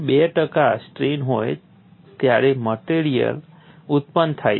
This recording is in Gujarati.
2 ટકા સ્ટ્રેઇન હોય ત્યારે મટેરીઅલ ઉત્પન્ન થાય છે